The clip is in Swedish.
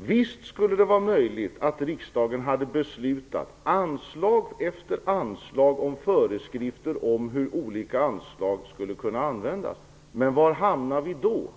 Visst skulle det vara möjligt att riksdagen hade beslutat anslag efter anslag med föreskrifter om hur olika anslag skulle kunna användas. Men var hamnar vi då?